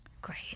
great